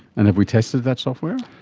and have we tested that software?